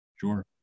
Sure